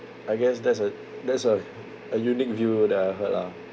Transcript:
I guess that's a that's a a unique view that I heard lah